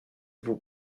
vous